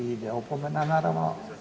i ide opomena naravno.